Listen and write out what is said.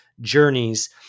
journeys